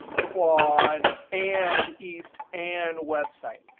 quad and east and web site.